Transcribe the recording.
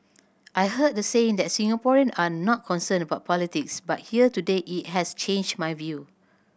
I heard the saying that Singaporean are not concerned about politics but here today it has changed my view